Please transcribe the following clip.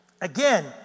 Again